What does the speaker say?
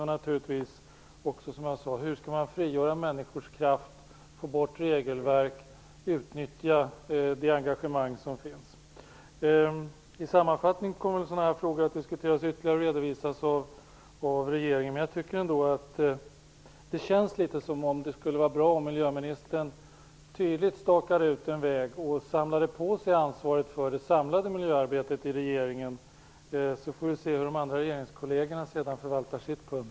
Och naturligtvis, som jag sade förut: Hur skall man frigöra människors kraft, få bort regelverk och utnyttja det engagemang som finns? I sammanfattning kommer sådana här frågor att diskuteras ytterligare och redovisas av regeringen, men jag tycker ändå att det skulle vara bra om miljöministern tydligt stakade ut en väg och samlade på sig ansvaret för det samlade miljöarbetet i regeringen. Sedan får vi se hur hennes regeringskolleger förvaltar sitt pund.